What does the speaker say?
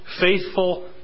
faithful